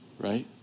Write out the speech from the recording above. right